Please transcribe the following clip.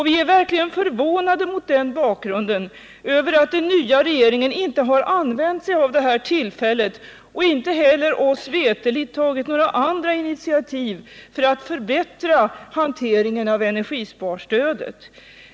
Vi är mot den bakgrunden verkligen förvånade över att den nya regeringen inte har använt sig av detta tillfälle och oss veterligt inte heller tagit andra initiativ för att förbättra hanteringen av energisparstödet.